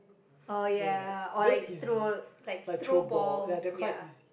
oh ya oh like throw like throw balls ya